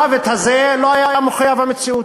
המוות הזה לא היה מחויב המציאות.